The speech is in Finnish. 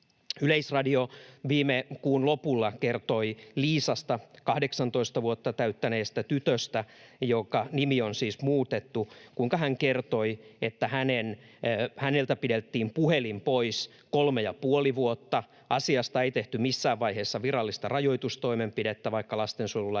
Yleisradio viime kuun lopulla kertoi Liisasta, 18 vuotta täyttäneestä tytöstä, jonka nimi on siis muutettu. Hän kertoi, että häneltä pidettiin puhelin pois kolme ja puoli vuotta. Asiasta ei tehty missään vaiheessa virallista rajoitustoimenpidettä, vaikka lastensuojelulain